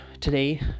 today